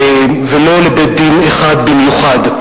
ולא לבית-דין אחד במיוחד.